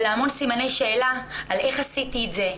אלא להמון סימני שאלה: איך עשיתי את זה?